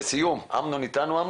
לסיכום, אמנון איתנו?